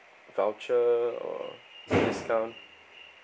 voucher or discount